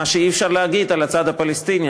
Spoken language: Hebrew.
מה שאי-אפשר להגיד על הצד הפלסטיני,